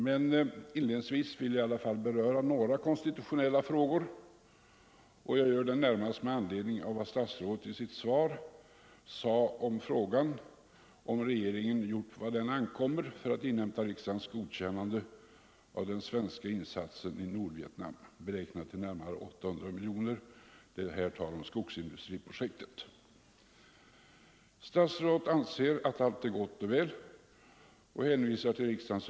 Men inledningsvis vill jag i alla fall beröra några konstitutionella frågor, och jag gör det närmast med anledning av vad statsrådet säger i sitt svar på frågan om regeringen gjort vad på den Nr 122 ankommer för att inhämta riksdagens godkännande av den svenska in Torsdagen den satsen i skogsindustriprojektet i Nordvietnam, beräknad till närmare 800 14 november 1974 miljoner kronor. Statsrådet anser att allt är gott och väl och hänvisar till riksdagens Ang.